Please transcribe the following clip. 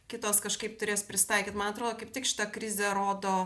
kitos kažkaip turės prisitaikyt man atrodo kaip tik šita krizė rodo